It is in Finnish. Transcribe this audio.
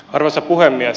arvoisa puhemies